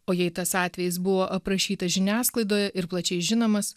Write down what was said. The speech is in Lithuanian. o jei tas atvejis buvo aprašytas žiniasklaidoje ir plačiai žinomas